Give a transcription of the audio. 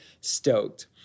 stoked